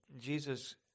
jesus